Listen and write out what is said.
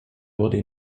wurde